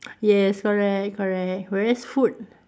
yes correct correct whereas food